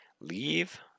leave